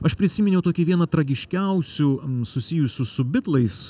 aš prisiminiau tokį vieną tragiškiausių susijusių su bitlais